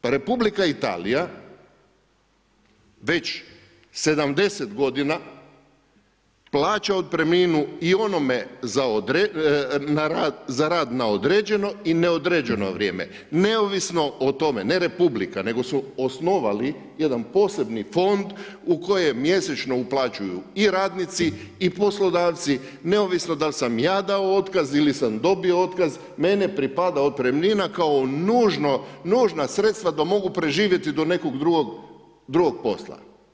Pa Republika Italija već 70 godina plaća otpremninu i onome za rad na određeno i neodređeno vrijeme, neovisno o tome, ne republika, nego su osnovali jedan posebni fond u koje mjesečno uplaćuju i radnici i poslodavci, neovisno dal sam ja dao otkaz ili sam dobio otkaz, meni pripada otpremnina kao nužna sredstva da mogu preživjeti do nekog drugog posla.